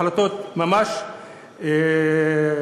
החלטות ממש החלטיות.